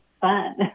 fun